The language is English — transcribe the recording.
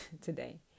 today